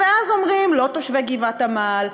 אבל אז אומרים: לא תושבי גבעת-עמל,